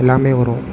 எல்லாமே வரும்